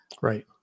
Right